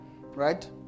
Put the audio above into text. Right